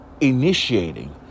initiating